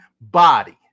body